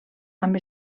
amb